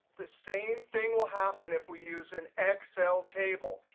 the same thing will happen if we use an excel table.